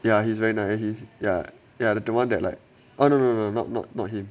ya he's very nice he ya ya don't want that like no no no not him